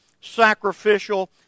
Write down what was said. sacrificial